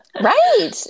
Right